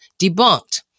debunked